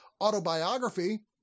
autobiography